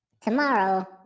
tomorrow